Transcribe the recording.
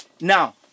now